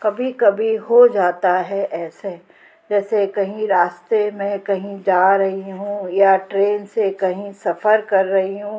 कभी कभी हो जाता है ऐसे जैसे कहीं रास्ते में कहीं जा रही हूँ या ट्रेन से कहीं सफ़र कर रही हूँ